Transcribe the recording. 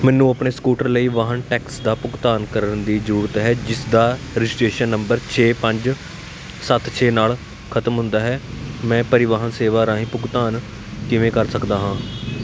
ਮੈਨੂੰ ਆਪਣੇ ਸਕੂਟਰ ਲਈ ਵਾਹਨ ਟੈਕਸ ਦਾ ਭੁਗਤਾਨ ਕਰਨ ਦੀ ਜ਼ਰੂਰਤ ਹੈ ਜਿਸ ਦਾ ਰਜਿਸਟ੍ਰੇਸ਼ਨ ਨੰਬਰ ਛੇ ਪੰਜ ਸੱਤ ਛੇ ਨਾਲ ਖਤਮ ਹੁੰਦਾ ਹੈ ਮੈਂ ਪਰਿਵਾਹਨ ਸੇਵਾ ਰਾਹੀਂ ਭੁਗਤਾਨ ਕਿਵੇਂ ਕਰ ਸਕਦਾ ਹਾਂ